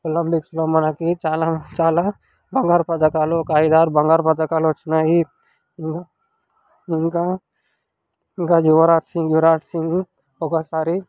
ఒలంపిక్స్లో మనకి చాలా చాలా బంగారు పథకాలు ఒక ఐదారు బంగారు పథకాలు వచ్చినాయి ఇంకా ఇంకా యువరాజ్ సింగ్ యువరాజ్ సింగ్ ఒకసారి